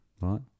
right